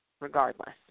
regardless